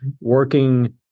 working